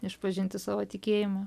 išpažinti savo tikėjimą